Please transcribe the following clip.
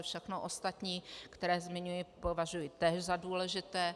Všechno ostatní, co zmiňuji, považuji též za důležité.